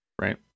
right